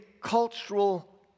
cultural